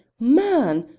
man!